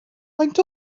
faint